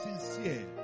Sincere